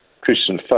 Christian